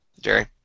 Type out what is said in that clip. Jerry